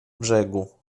brzegu